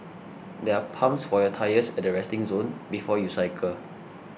there are pumps for your tyres at the resting zone before you cycle